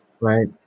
Right